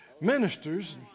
ministers